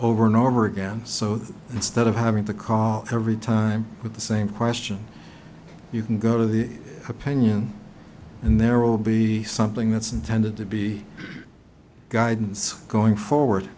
over and over again so that instead of having to call every time with the same question you can go to the opinion and there will be something that's intended to be guidance going forward